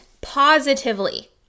positively